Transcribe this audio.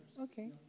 Okay